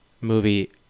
movie